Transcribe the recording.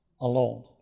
alone